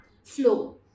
flow